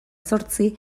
zortzi